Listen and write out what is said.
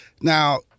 Now